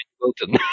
Wilton